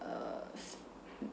uh